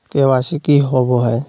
KYC की होबो है?